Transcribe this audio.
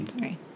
Right